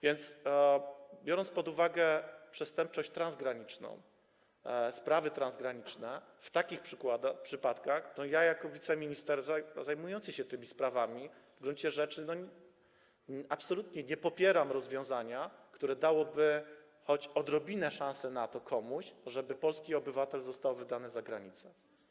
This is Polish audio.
Biorąc więc pod uwagę przestępczość transgraniczną, sprawy transgraniczne, w takich przypadkach ja jako wiceminister zajmujący się tymi sprawami w gruncie rzeczy absolutnie nie popieram rozwiązania, które dałoby choć odrobinę szansy komuś na to, żeby polski obywatel został wydany za granicę.